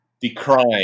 decry